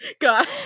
God